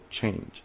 change